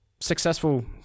successful